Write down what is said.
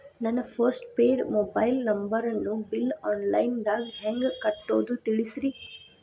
ನನ್ನ postpaid mobile ನಂಬರನ್ನು bill online ದಾಗ ಹೆಂಗ್ ಕಟ್ಟೋದು ತಿಳಿಸ್ರಿ